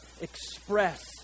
express